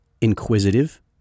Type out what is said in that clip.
inquisitive